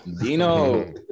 Dino